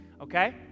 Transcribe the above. okay